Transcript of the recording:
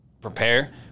prepare